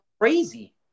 crazy